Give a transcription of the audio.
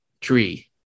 tree